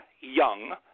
young